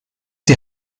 die